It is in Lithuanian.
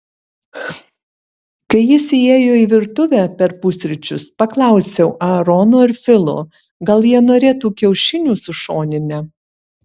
kai jis įėjo į virtuvę per pusryčius paklausiau aarono ir filo gal jie norėtų kiaušinių su šonine